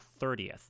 30th